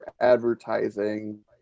advertising